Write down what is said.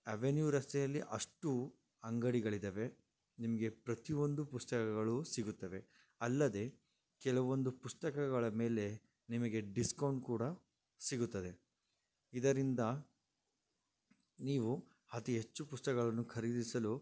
avenue ರಸ್ತೆಯಲ್ಲಿ ಅಷ್ಟು ಅಂಗಡಿಗಳಿದ್ದಾವೆ ನಿಮಗೆ ಪ್ರತಿಯೊಂದು ಪುಸ್ತಕಗಳು ಸಿಗುತ್ತವೆ ಅಲ್ಲದೆ ಕೆಲವೊಂದು ಪುಸ್ತಕಗಳ ಮೇಲೆ ನಿಮಗೆ ಡಿಸ್ಕೌಂಟ್ ಕೂಡ ಸಿಗುತ್ತದೆ ಇದರಿಂದ ನೀವು ಅತಿ ಹೆಚ್ಚು ಪುಸ್ತಕಗಳನ್ನು ಖರೀದಿಸಲು